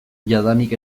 jadanik